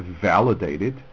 validated